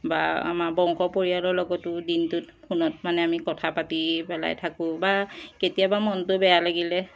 বা আমাৰ বংস পৰিয়ালৰ লগতো দিনটো ফোনত মানে আমি কথা পাতি পেলাই থাকো বা কেতিয়াবা মনটো বেয়া লাগিলে